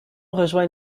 rejoint